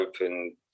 open